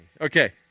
Okay